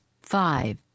five